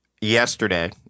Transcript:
yesterday